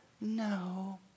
no